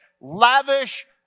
lavish